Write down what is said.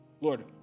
Lord